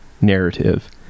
narrative